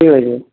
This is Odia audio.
ଠିକ୍ ଅଛି